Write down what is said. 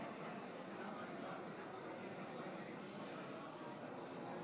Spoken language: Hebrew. בעד עוד חברי כנסת שלא הצביעו ומבקשים להצביע?